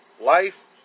life